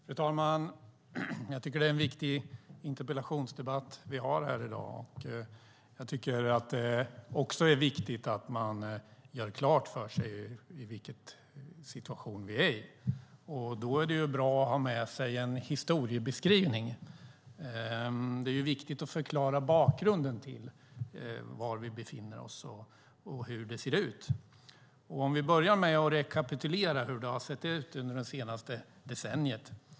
Fru talman! Det är en viktig interpellationsdebatt vi har här i dag, och det också viktigt att göra klart vilken situation vi är i. Då är det bra att ha med sig en historiebeskrivning. Det är viktigt att förklara bakgrunden till var vi befinner oss och hur det ser ut. Låt oss börja med att rekapitulera hur det har sett ut det senaste decenniet.